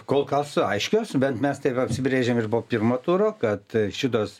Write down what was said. kol kas aiškios bent mes taip apsibrėžėm ir po pirmo turo kad šitos